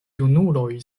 junuloj